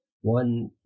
one